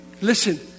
listen